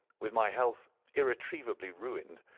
with my health irretrievably ruined,